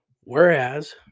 Whereas